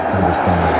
understand